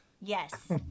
Yes